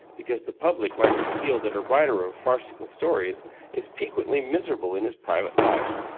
because the public likes to feel that a writer of farcical stories is piquantly miserable in his private life,